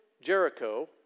Jericho